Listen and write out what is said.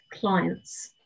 clients